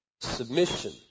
submission